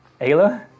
Ayla